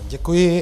Děkuji.